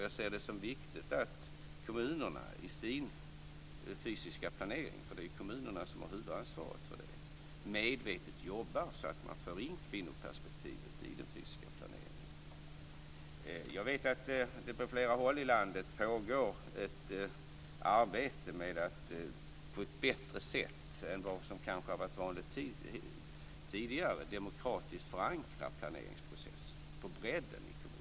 Jag ser det också som viktigt att kommunerna i sin fysiska planering, för det är kommunerna som har huvudansvaret för detta, medvetet jobbar så att man för in kvinnoperspektivet i den fysiska planeringen. Jag vet att det på flera håll i landet pågår ett arbete med att på ett bättre sätt än vad som kanske har varit vanligt tidigare demokratiskt förankra planeringsprocessen på bredden i kommunerna.